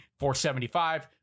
475